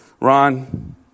Ron